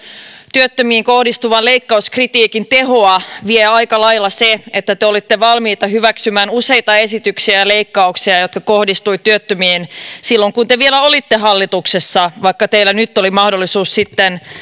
työttömiin kohdistuvan leikkauskritiikin tehoa vie aika lailla se että te olitte valmiita hyväksymään useita esityksiä ja leikkauksia jotka kohdistuivat työttömiin silloin kun te vielä olitte hallituksessa vaikka teillä nyt oli mahdollisuus sitten